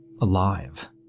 alive